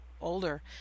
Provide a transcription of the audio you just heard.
older